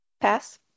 Pass